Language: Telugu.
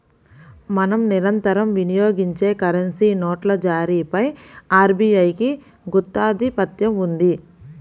మనం నిరంతరం వినియోగించే కరెన్సీ నోట్ల జారీపై ఆర్బీఐకి గుత్తాధిపత్యం ఉంది